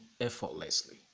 effortlessly